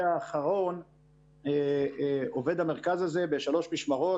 האחרון עובד המרכז הזה בשלוש משמרות.